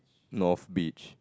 north beach